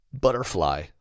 butterfly